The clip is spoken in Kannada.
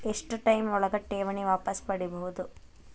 ಎಷ್ಟು ಟೈಮ್ ಒಳಗ ಠೇವಣಿ ವಾಪಸ್ ಪಡಿಬಹುದು?